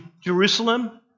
Jerusalem